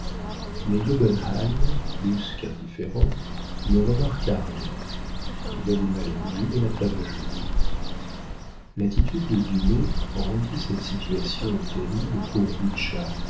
mais gobenheim plus qu'indifférent ne remarqua rien il alluma les bougies de la table à jouer l'attitude de dumay rendit cette situation terrible pour